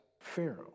Pharaoh